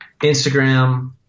Instagram